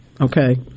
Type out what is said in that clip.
okay